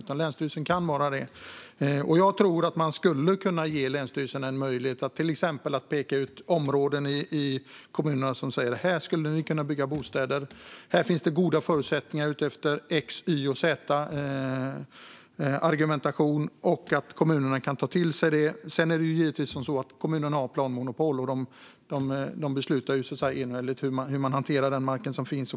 Jag tycker att man skulle kunna ge länsstyrelserna en möjlighet att till exempel peka ut områden i kommunerna där man skulle kunna bygga bostäder, där det finns förutsättningar efter x, y och z med en argumentation som kommunerna kan ta till sig. Sedan är det givetvis kommunerna som har planmonopol och beslutar hur man hanterar den mark som finns.